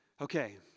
Okay